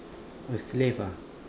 slave ah